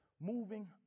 moving